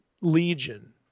legion